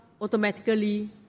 automatically